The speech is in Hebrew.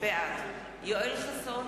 בעד יואל חסון,